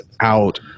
out